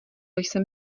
jsem